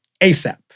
ASAP